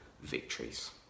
victories